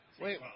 Wait